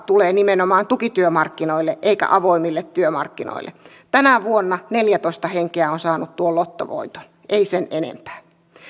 tulee nimenomaan tukityömarkkinoille eikä avoimille työmarkkinoille tänä vuonna neljätoista henkeä on saanut tuon lottovoiton ei sen useampi